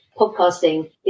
podcasting